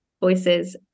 voices